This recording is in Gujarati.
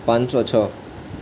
પાંચસો છ